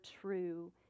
true